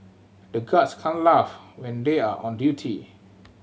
the guards can't laugh when they are on duty